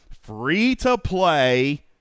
free-to-play